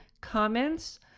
comments